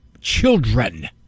children